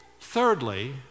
Thirdly